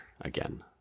again